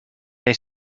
they